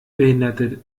behinderte